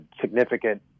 significant